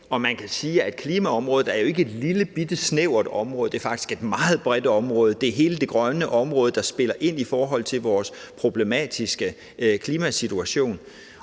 og man kan sige, at klimaområdet jo ikke er et lillebitte, snævert område – det er faktisk et meget bredt område. Det er hele det grønne område, der spiller ind i forhold til vores problematiske klimasituation.